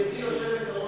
גברתי היושבת-ראש,